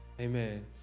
Amen